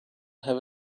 have